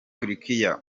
turikiya